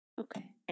Okay